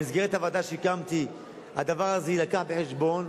במסגרת הוועדה שהקמתי הדבר הזה יובא בחשבון,